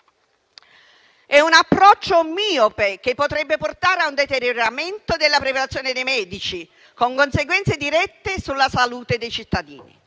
È un approccio miope, che potrebbe portare a un deterioramento della preparazione dei medici, con conseguenze dirette sulla salute dei cittadini.